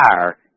fire